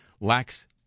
lacks